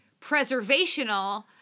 preservational